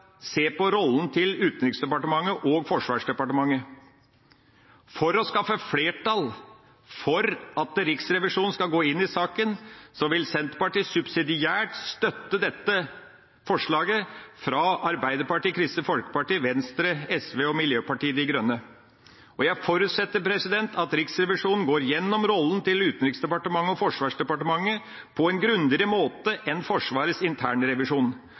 se på rollen til Utenriksdepartementet og Forsvarsdepartementet. For å skaffe flertall for at Riksrevisjonen skal gå inn i saken, vil Senterpartiet subsidiært støtte dette forslaget fra Arbeiderpartiet, Kristelig Folkeparti, Venstre, SV og Miljøpartiet De Grønne. Jeg forutsetter at Riksrevisjonen går gjennom rollen til Utenriksdepartementet og Forsvarsdepartementet på en grundigere måte enn Forsvarets internrevisjon.